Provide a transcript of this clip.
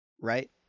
right